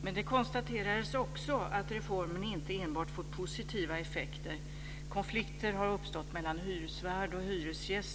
Fru talman!